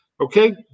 okay